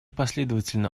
последовательно